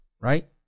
Right